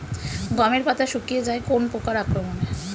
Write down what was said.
গমের পাতা শুকিয়ে যায় কোন পোকার আক্রমনে?